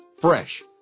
Fresh